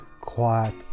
quiet